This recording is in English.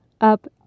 up